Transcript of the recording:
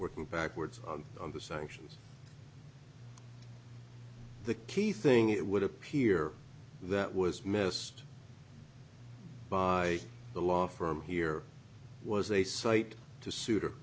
working backwards on the sanctions the key thing it would appear that was missed by the law firm here was a sight to souter